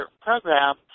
program